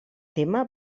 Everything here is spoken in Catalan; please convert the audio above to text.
tema